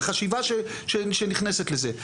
בחשיבה שנכנסת לזה.